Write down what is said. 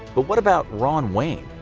but what about ron wayne?